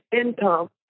income